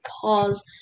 pause